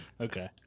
Okay